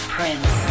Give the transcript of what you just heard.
Prince